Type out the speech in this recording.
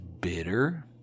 bitter